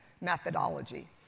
methodology